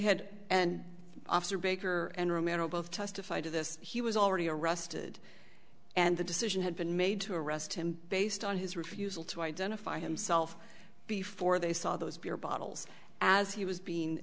had and officer baker and romero both testified to this he was already arrested and the decision had been made to arrest him based on his refusal to identify himself before they saw those beer bottles as he was being